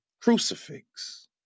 crucifix